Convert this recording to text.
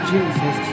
Jesus